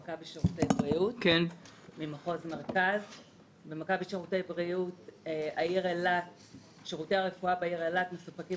במכבי שירותי בריאות שירותי הרפואה בעיר אילת מסופקים